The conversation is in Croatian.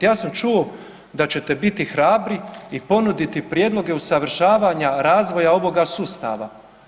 Ja sam čuo da ćete biti hrabri i ponuditi prijedloge usavršavanja razvoja ovoga sustava.